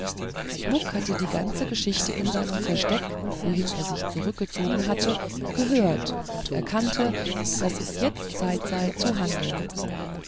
muck hatte die ganze geschichte in seinem versteck wohin er sich zurückgezogen hatte gehört und erkannte daß es jetzt zeit sei zu handeln